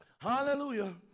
Hallelujah